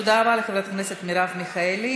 תודה רבה לחברת הכנסת מרב מיכאלי.